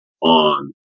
on